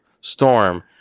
storm